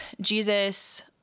Jesus